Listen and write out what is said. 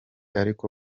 ariko